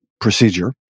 procedure